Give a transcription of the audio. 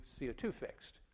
CO2-fixed